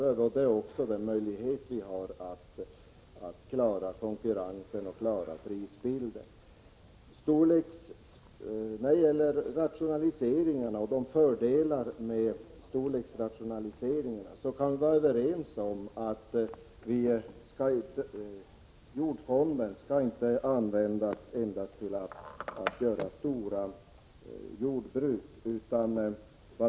Det är också den möjlighet vi har att klara konkurrensen och prisbilden. När det gäller rationaliseringar och de fördelar som dessa medför kan vi vara överens om att jordfonden inte endast skall användas till att skapa större jordbruk.